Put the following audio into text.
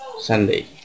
Sunday